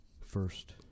first